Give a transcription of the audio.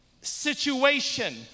situation